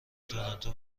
تورنتو